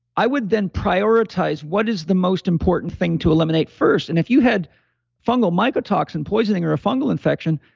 i would then prioritize what is the most important thing to eliminate first, and if you had fungal mycotoxin poisoning or a fungal infection,